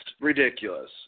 ridiculous